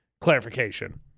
clarification